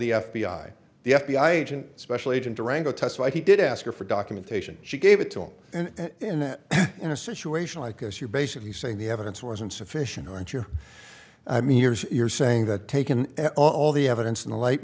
the f b i the f b i agent special agent durango testified he did ask her for documentation she gave it to him and that in a situation like this you're basically saying the evidence was insufficient aren't you i mean years you're saying that taken all the evidence in the light